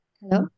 Hello